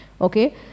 okay